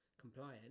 compliant